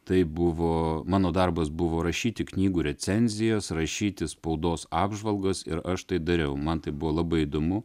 tai buvo mano darbas buvo rašyti knygų recenzijas rašyti spaudos apžvalgas ir aš tai dariau man tai buvo labai įdomu